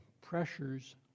Pressures